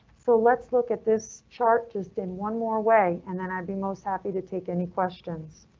so let's look at this chart just in one more way, and then i'd be most happy to take any questions.